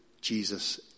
Jesus